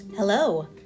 Hello